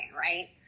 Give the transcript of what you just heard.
right